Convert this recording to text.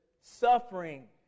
suffering